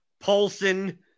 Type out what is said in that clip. Paulson